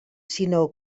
sinó